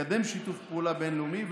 לקדם שיתוף פעולה בין-לאומי,